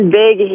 big